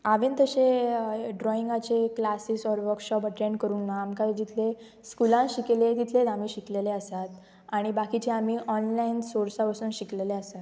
हांवें तशे ड्रॉइंगाचे क्लासीस ऑर वर्कशॉप अटेंड करूंक ना आमकां जितले स्कुलान शिकयले तितलेच आमी शिकलेले आसात आनी बाकीचे आमी ऑनलायन सोर्सा वरसून शिकलेले आसात